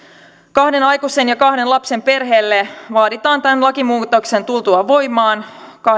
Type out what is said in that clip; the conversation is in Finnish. kahden aikuisen ja kahden lapsen perheelle vaaditaan tämän lakimuutoksen tultua voimaan